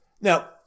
Now